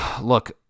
look